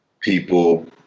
people